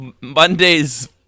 Monday's